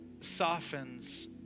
softens